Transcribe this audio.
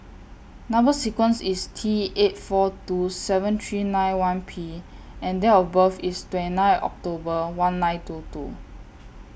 Number sequence IS T eight four two seven three nine one P and Date of birth IS twenty nine October one nine two two